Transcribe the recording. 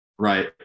Right